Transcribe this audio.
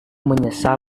menyesal